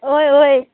वोय वोय